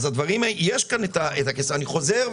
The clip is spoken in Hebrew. אני חוזר,